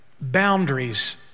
Boundaries